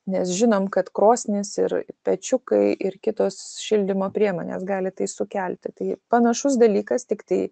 nes žinom kad krosnis ir pečiukai ir kitos šildymo priemonės gali tai sukelti tai panašus dalykas tiktai